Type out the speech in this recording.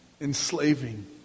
enslaving